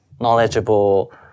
knowledgeable